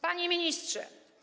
Panie Ministrze!